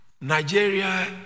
Nigeria